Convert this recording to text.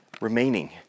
remaining